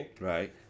Right